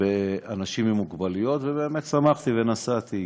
באנשים עם מוגבלויות, ובאמת שמחתי ונסעתי.